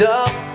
up